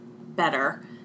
better